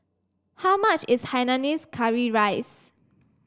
how much is Hainanese Curry Rice